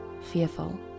fearful